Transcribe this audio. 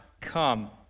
come